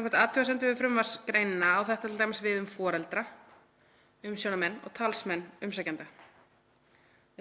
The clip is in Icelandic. athugasemdum við frumvarpsgreinina á þetta t.d. við um foreldra, umsjónarmenn og talsmenn umsækjenda.